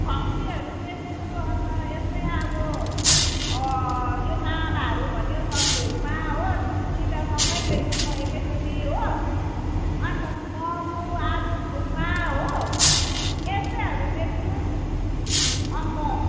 फम्बीहरू बेच्छु अन्त यस्तै अब यो तामाहरू भन्यो सब्जीहरूमा हो दुईवटासँगै बेच्छु म एकैचोटि हो अन्त मोमो आलु थुक्पा हो यस्तैहरू बेच्छु अन्त